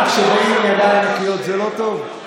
גם כשבאים עם ידיים נקיות זה לא טוב?